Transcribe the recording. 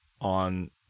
on